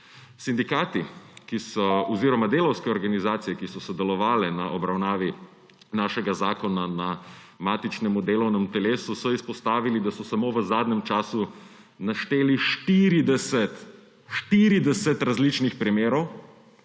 Sindikati oziroma delavske organizacije, ki so sodelovale na obravnavi našega zakona na matičnem delovnem telesu, so izpostavili, da so samo v zadnjem času našteli 40 različnih primerov,